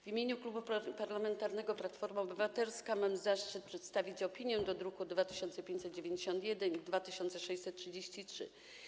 W imieniu Klubu Parlamentarnego Platforma Obywatelska mam zaszczyt przedstawić opinię co do druków nr 2591 i 2633.